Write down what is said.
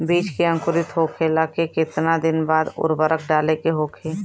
बिज के अंकुरित होखेला के कितना दिन बाद उर्वरक डाले के होखि?